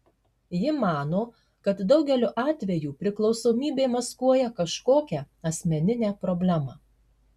ji mano kad daugeliu atveju priklausomybė maskuoja kažkokią asmeninę problemą